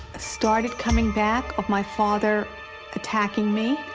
started coming back of my father attacking me,